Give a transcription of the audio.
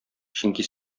чөнки